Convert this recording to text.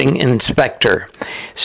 Inspector